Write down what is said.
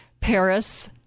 Paris